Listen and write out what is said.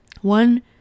one